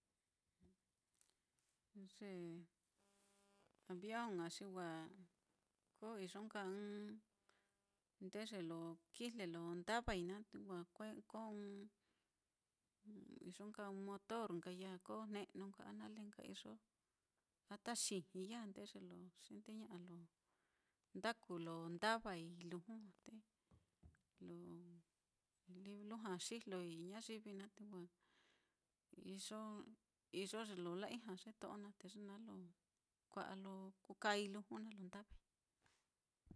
Ye avion á xi wa, ko iyo nka ɨ́ɨ́n ndeye lo kijle lo ndavai naá, te wa kue ko iyo nka motor ya já, ko jne'nu nka a nale nka iyo a ta xijii ya já ndeye lo xindeña'a lo ndaku lo ndavai luju já, te lo lujua xijloi ñayivi naá, te wa iyo iyo ye lo la-ijña ye to'o naá, te ye naá lo kua'a lo kukai luju naá lo ndavai.